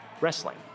Wrestling